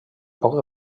poc